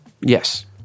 Yes